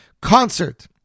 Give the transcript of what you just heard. concert